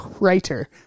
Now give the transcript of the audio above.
writer